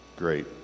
Great